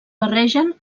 barregen